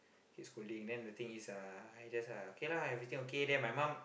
keep scolding then the thing is uh I just like ah okay lah everything okay then my mom